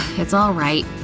it's alright.